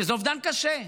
שזה אובדן קשה,